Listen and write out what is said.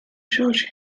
george